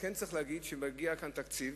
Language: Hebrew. כן צריך להגיד שמגיע כאן תקציב,